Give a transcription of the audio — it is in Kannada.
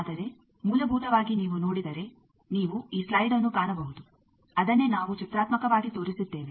ಆದರೆ ಮೂಲಭೂತವಾಗಿ ನೀವು ನೋಡಿದರೆ ನೀವು ಈ ಸ್ಲೈಡ್ಅನ್ನು ಕಾಣಬಹುದು ಅದನ್ನೇ ನಾವು ಚಿತ್ರಾತ್ಮಕವಾಗಿ ತೋರಿಸಿದ್ದೇವೆ